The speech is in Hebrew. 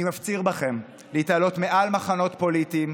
אני מפציר בכם להתעלות מעל מחנות פוליטיים,